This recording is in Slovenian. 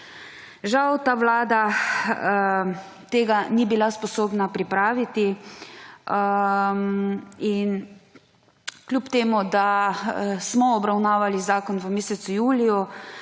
Žal ta vlada tega ni bila sposobna pripraviti. Kljub temu da smo obravnavali zakon v mesecu juliju,